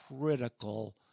critical